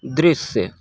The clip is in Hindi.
दृश्य